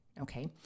Okay